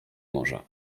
morza